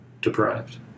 deprived